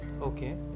Okay